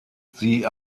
sie